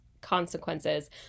consequences